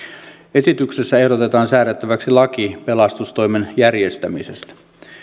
esityksessä ehdotetaan säädettäväksi laki pelastustoimen järjestämisestä